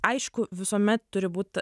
aišku visuomet turi būt